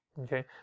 okay